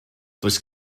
does